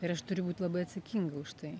ir aš turiu būti labai atsakinga už tai